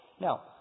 Now